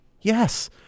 Yes